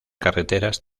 carreteras